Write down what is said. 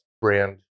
brand